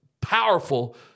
powerful